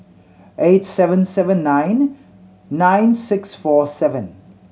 eight seven seven nine nine six four seven